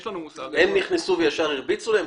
הם נכנסו וישר הרביצו להם?